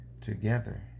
together